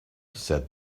said